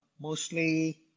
mostly